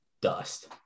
dust